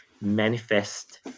manifest